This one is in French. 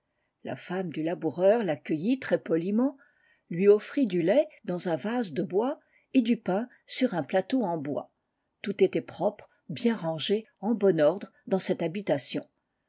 la femme du laboureur l'accueillit très-poliment lui offrit du lait dans un vase de bois et du pain sur un plateau en bois tout était propre bien rangé en bon ordre dans celte habitation